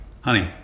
Honey